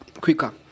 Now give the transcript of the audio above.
quicker